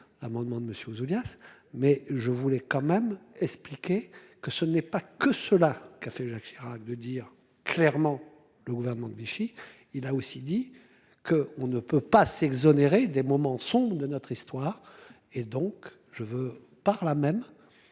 amendement de monsieur Ouzoulias. Mais je voulais quand même expliquer que ce n'est pas que cela. Qu'a fait Jacques Chirac de dire clairement, le gouvernement de Vichy. Il a aussi dit que on ne peut pas s'exonérer des moments sombres de notre histoire et donc je veux par là même.